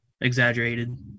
exaggerated